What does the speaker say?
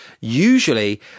usually